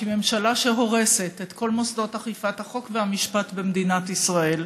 כי ממשלה שהורסת את כל מוסדות אכיפת החוק והמשפט במדינת ישראל,